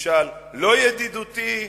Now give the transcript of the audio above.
ממשל לא ידידותי,